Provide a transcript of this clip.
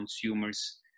consumers